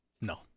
No